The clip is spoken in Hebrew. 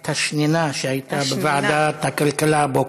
את השנינה שהייתה בוועדת הכלכלה הבוקר.